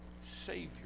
savior